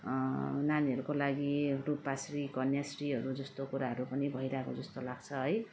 नानीहरूको लागि रुपाश्री कन्याश्रीहरू जस्तो कुराहरू पनि भइरहेको जस्तो लाग्छ है